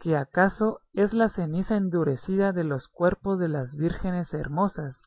que acaso es la ceniza endurecida de los cuerpos de las vírgenes hermosas